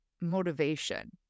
motivation